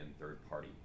third-party